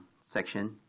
section